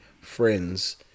friends